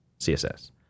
CSS